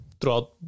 throughout